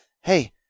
Hey